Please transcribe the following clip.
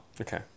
Okay